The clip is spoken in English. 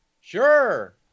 Sure